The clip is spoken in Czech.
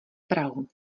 prahu